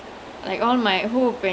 it was ya dude